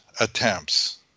attempts